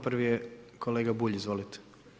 Prvi je kolega Bulj, izvolite.